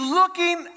looking